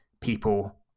people